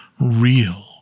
real